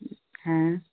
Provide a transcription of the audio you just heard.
हाँ